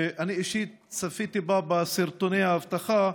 ואני אישית צפיתי בה בסרטוני האבטחה: